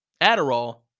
Adderall